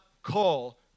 call